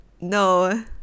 no